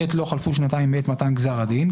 (ב)לא חלפו שנתיים מעת מתן גזר הדין,